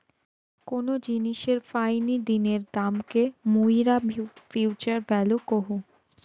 কোন জিনিসের ফাইনি দিনের দামকে মুইরা ফিউচার ভ্যালু কহু